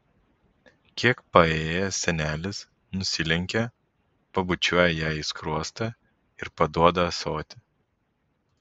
kiek paėjėjęs senelis nusilenkia pabučiuoja jai į skruostą ir paduoda ąsotį